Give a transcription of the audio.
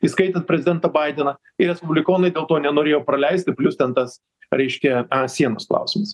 įskaitant prezidentą baideną ir respublikonai dėl to nenorėjo praleisti plius ten tas reiškia sienos klausimas